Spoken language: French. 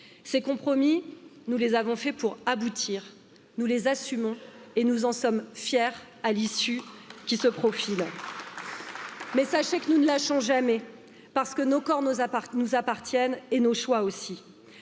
ces compromis nous les avons faits pour aboutir, nous les assumons et nous en sommes fiers à l'issue qui se profile. Mais sachez que nous ne lâchons jamais parce que nos corps nous appartiennent et nos choix aussi